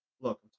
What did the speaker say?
Look